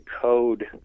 code